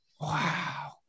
Wow